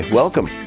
welcome